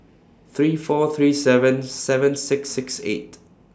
three four three seven seven six six eight